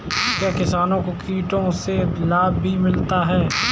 क्या किसानों को कीटों से लाभ भी मिलता है बताएँ?